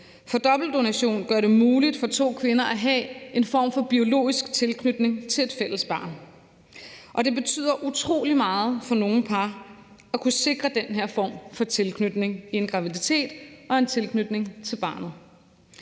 for dobbeltdonation gør det muligt for to kvinder at have en form for biologisk tilknytning til et fælles barn, og det betyder utrolig meget for nogle par at kunne sikre den her form for tilknytning i en graviditet og en tilknytning til barnet.